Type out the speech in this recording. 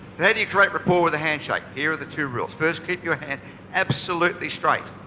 yeah do you create rapport with a handshake? here are the two rules. first keep your hand absolutely straight.